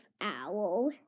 owl